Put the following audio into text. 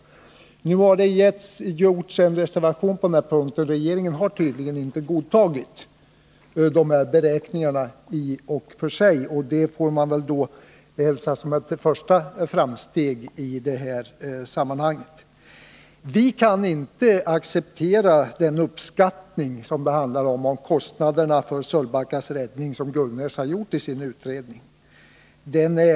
Nu har det emellertid gjorts en reservation på denna punkt. Regeringen har tydligen inte godtagit dessa beräkningar, och det får man hälsa som ett första framsteg i detta sammanhang. Vi kan inte acceptera den uppskattning, som det ju handlar om, av kostnaderna för Sölvbackas räddning som Ingvar Gullnäs har gjort i sin utredning.